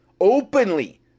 openly